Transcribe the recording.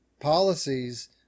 policies